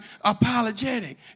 apologetic